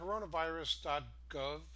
coronavirus.gov